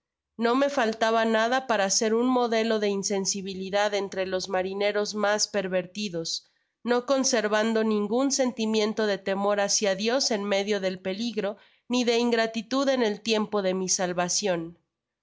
no me faltaba nada para ser un modelo de insensibilidad entre los marineros mas pervertidos no conservando ningun sentimiento de temor hácia dios en medio del peligro ni de gratitud en el tiempo de mi salvacion